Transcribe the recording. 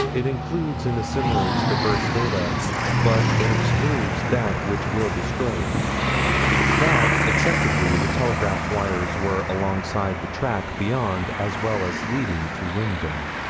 it includes and assimilates diverse data but it excludes that which will destroy it that, acceptably, the telegraph wires were alongside the track beyond, as well as leading to linville.